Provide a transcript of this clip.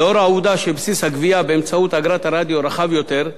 לאור העובדה שבסיס הגבייה באמצעות אגרת הרדיו רחב יותר,